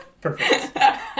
Perfect